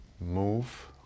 move